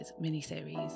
mini-series